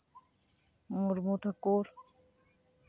Murmu Thakur